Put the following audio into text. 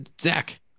Zach